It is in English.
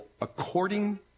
according